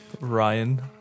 Ryan